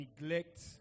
neglect